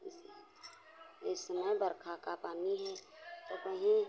जैसे इस समय वर्षा का पानी है तो कहीं